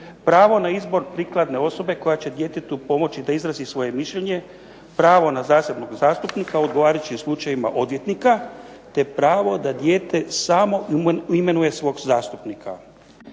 pravo na izbor prikladne osobe koja će djetetu pomoći da izrazi svoje mišljenje, pravo na zasebnog zastupnika, u odgovarajućim slučajevima odvjetnika te pravo da dijete samo imenuje svog zastupnika.